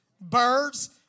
birds